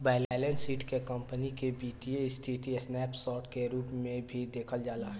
balance sheet से company के वित्तीय स्थिति के स्नैप शोर्ट के रूप में भी देखल जाला